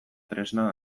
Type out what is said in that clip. tresna